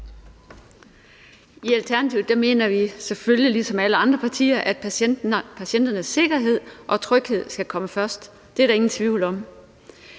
I Alternativet mener vi selvfølgelig, ligesom alle andre partier, at patienternes sikkerhed og tryghed skal komme først – det er der ingen tvivl om.